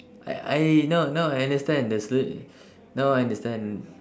I I now now I understand the sol~ now I understand